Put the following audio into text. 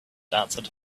answered